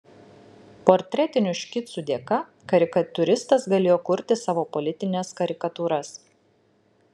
portretinių škicų dėka karikatūristas galėjo kurti savo politines karikatūras